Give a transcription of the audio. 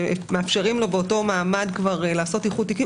שמאפשרים לו באותו מעמד כבר לעשות איחוד תיקים,